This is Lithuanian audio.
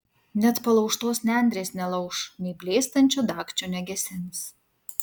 net palaužtos nendrės nelauš nei blėstančio dagčio negesins